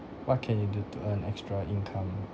what can you do to earn extra income